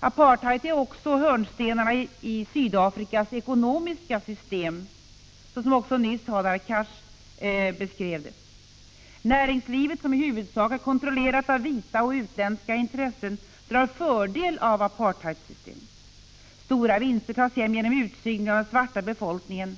Apartheid är också hörnstenarna i Sydafrikas ekonomiska system, såsom också Hadar Cars nyss beskrev det. Näringslivet, som i huvudsak är kontrollerat av vita och utländska intressen, drar fördel av apartheidsystemet. Stora vinster tas hem genom utsugning av den svarta befolkningen.